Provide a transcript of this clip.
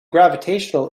gravitational